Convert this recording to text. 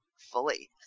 fully